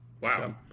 wow